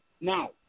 now